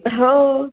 हो